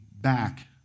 back